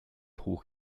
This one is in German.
hoch